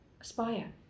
aspire